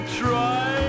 try